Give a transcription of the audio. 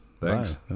Thanks